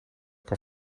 kan